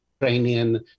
Ukrainian